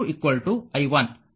ಆದ್ದರಿಂದ ಇದು i 3 5i1 i2 i 1